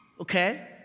Okay